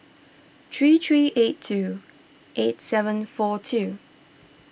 three three eight two eight seven four two